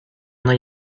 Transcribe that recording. ana